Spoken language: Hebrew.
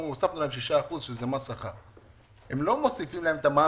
הוסף להם 6% -- הם לא מוסיפים להם את המע"מ.